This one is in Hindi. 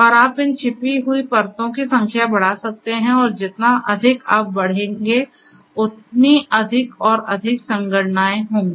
और आप इन छिपी हुई परतों की संख्या बढ़ा सकते हैं और जितना अधिक आप बढ़ेंगे उतनी अधिक और अधिक संगणनाएँ होंगी